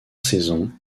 saison